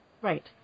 Right